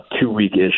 two-week-ish